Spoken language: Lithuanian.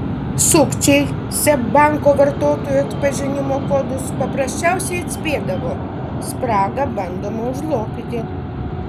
sukčiai seb banko vartotojų atpažinimo kodus paprasčiausiai atspėdavo spragą bandoma užlopyti